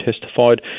testified